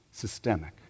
systemic